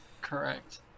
correct